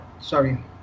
sorry